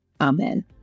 Amen